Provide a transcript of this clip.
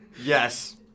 Yes